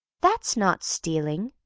that's not stealing,